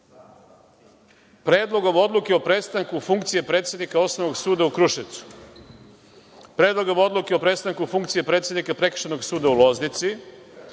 Predlogom odluke o prestanku funkcije predstavnika Osnovnog suda u Kruševcu, Predlogom odluke oprestanku funkcije predsednika Prekršajnog suda u Loznici,